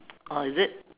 oh is it